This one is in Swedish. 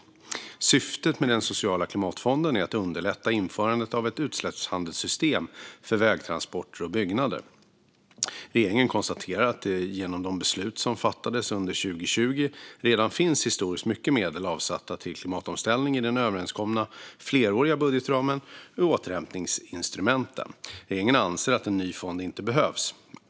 Syftet med den sociala klimatfonden är att underlätta införandet av ett utsläppshandelssystem för vägtransporter och byggnader. Regeringen konstaterar att det genom de beslut som fattades under 2020 redan finns historiskt mycket medel avsatta till klimatomställningen i den överenskomna fleråriga budgetramen och i återhämtningsinstrumentet. Regeringen anser att en ny fond inte behövs.